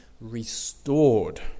restored